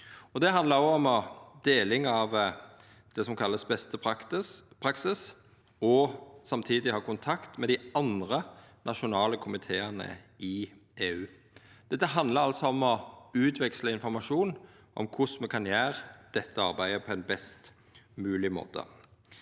Det handlar om deling av det som vert kalla beste praksis, og samtidig å ha kontakt med dei andre nasjonale komiteane i EU. Dette handlar altså om å utveksla informasjon om korleis me kan gjera dette arbeidet på ein best mogleg måte.